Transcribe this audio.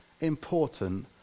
important